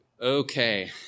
Okay